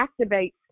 activates